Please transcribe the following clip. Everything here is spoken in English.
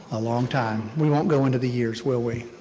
a long time. we won't go into the years, will we?